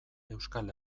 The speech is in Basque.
euskal